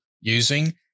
using